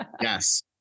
Yes